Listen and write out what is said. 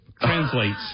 translates